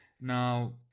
now